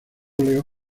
óleo